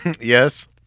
Yes